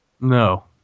No